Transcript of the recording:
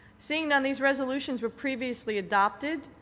seeing none these resolutions were previously adopted.